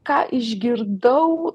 ką išgirdau